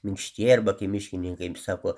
minkštieji arba kai miškininkai sako